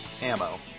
ammo